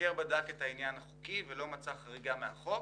המבקר בדק את העניין החוקי ולא מצא חריגה מהחוק.